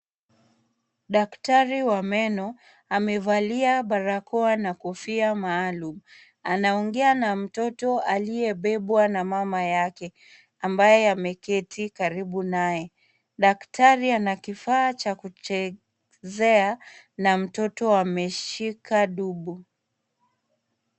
Daktari wa meno amevalia barakoa na kofia maalumu anaongea na mtoto aliyebebwa na mama yake ambaye ameketi karibu naye. Daktari ana kifaa cha kuchezea na mtoto ameshika dubu.